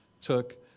took